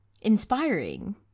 inspiring